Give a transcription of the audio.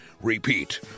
Repeat